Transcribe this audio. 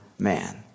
Man